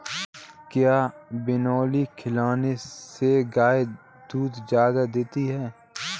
क्या बिनोले खिलाने से गाय दूध ज्यादा देती है?